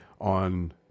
on